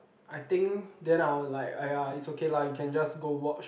I think then I was like !aiya! it's okay lah you can just go watch